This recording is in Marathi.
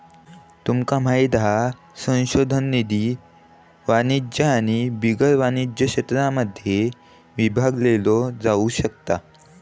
तुमका माहित हा संशोधन निधी वाणिज्य आणि बिगर वाणिज्य क्षेत्रांमध्ये विभागलो जाउ शकता